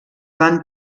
van